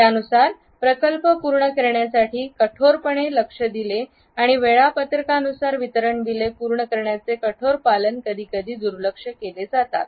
त्यानुसार प्रकल्प पूर्ण करण्यासाठी कठोरपणे लक्ष दिले आणि वेळापत्रकानुसार वितरण बिले पूर्ण करण्याचे कठोर पालन कधीकधी दुर्लक्ष केले जाते